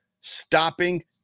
stopping